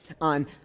on